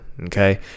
Okay